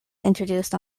introduced